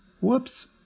Whoops